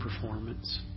performance